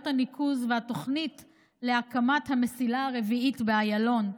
הניקוז והתוכנית להקמת המסילה הרביעית באיילון.